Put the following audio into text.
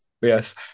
Yes